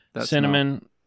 cinnamon